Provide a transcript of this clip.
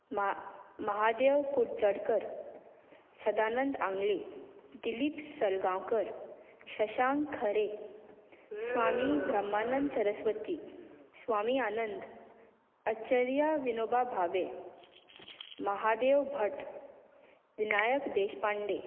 म्हा महादेव कुडचडकर सदानंद आंगले दिलीप सलगांवकर शशांक खरे स्वामी ब्रह्मानंद सरस्वती स्वामी आनंद अच्छर्या विनोबा भावे महादेव भट विनायक देशपांडे